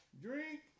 Drink